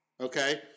Okay